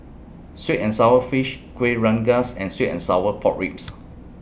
Sweet and Sour Fish Kuih Rengas and Sweet and Sour Pork Ribs